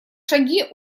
шаги